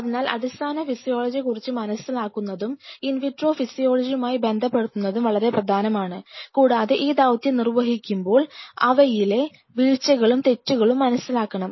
അതിനാൽ അടിസ്ഥാന ഫിസിയോളജിയെക്കുറിച്ച് മനസിലാക്കുന്നതും ഇൻ വിട്രോ ഫിസിയോളജിയുമായി ബന്ധപ്പെടുത്തുന്നതും വളരെ പ്രധാനമാണ് കൂടാതെ ഈ ദൌത്യം നിർവഹിക്കുമ്പോൾ അവയിലെ വീഴ്ചകളും തെറ്റുകളും മനസിലാക്കണം